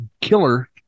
killer